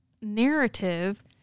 narrative